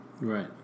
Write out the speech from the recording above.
right